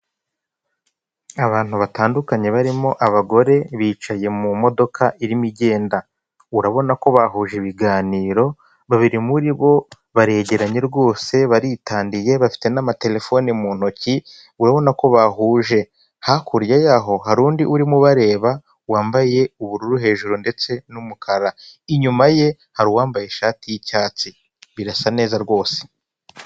Abantu batandukanye barimo abagore bicaye mu modoka irimo ijyenda. Urabona ko bahuje ibiganiro, babiri muri bo baregeranye rwose baritandiye bafite n'amaterefone mu ntoki urabona ko bahuje. Hakurya yaho hari undi urimo ubareba wambaye ubururu hejuru ndetse n'umukara. Inyuma ye hari uwambaye ishati y'icyatsi, birasa neza rwose!